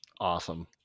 awesome